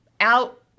out